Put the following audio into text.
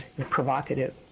provocative